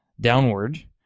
downward